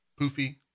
poofy